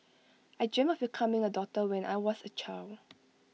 I dreamt of becoming A doctor when I was A child